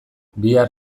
bihar